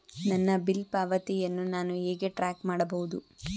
ನನ್ನ ಬಿಲ್ ಪಾವತಿಯನ್ನು ನಾನು ಹೇಗೆ ಟ್ರ್ಯಾಕ್ ಮಾಡಬಹುದು?